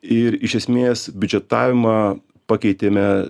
ir iš esmės biudžetavimą pakeitėme